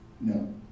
no